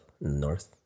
north